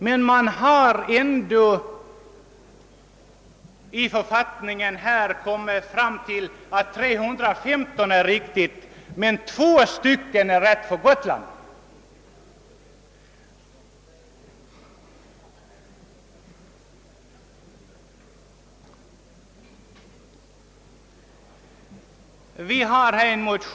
Man har ändå kommit fram till att 350 skulle vara det rätta antalet — men för Gotland är två det rätta antalet.